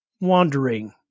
wandering